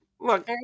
look